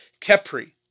Kepri